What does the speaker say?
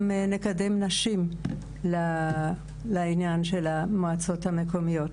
נקדם נשים לעניין של המועצות המקומיות.